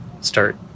start